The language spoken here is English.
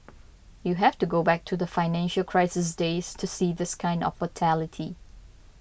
you have to go back to the financial crisis days to see this kind of volatility